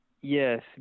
Yes